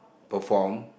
perform